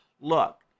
Look